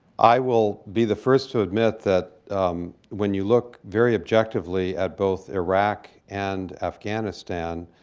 i will be the first to admit that when you look very objectively at both iraq and afghanistan,